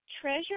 Treasure